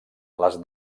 les